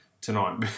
tonight